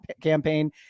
campaign